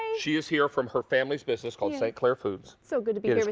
she is here from her family's business called st. clair foods. so good to be here.